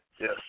Yes